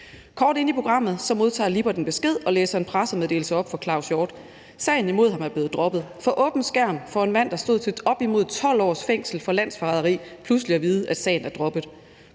Kort inde i programmet modtager Lippert en besked og læser en pressemeddelelse op for Claus Hjort Frederiksen. Sagen imod ham er blevet droppet. For åben skærm får en mand, der stod til op imod 12 års fængsel for landsforræderi, pludselig at vide, at sagen er droppet.